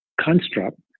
construct